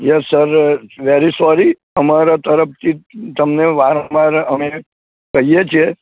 yes sir very sorry અમારા તરફથી તમને વારંવાર અમે કહીએ છે